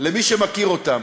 למי שמכיר אותם?